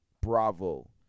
bravo